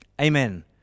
Amen